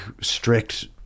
strict